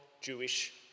jewish